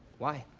why?